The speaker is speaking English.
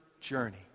journey